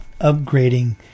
upgrading